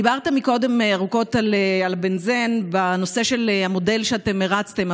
דיברת קודם ארוכות על הבנזן בנושא המודל שהרצתם,